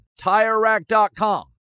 tirerack.com